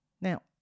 Now